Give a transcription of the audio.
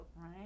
Right